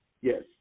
Yes